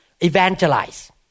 evangelize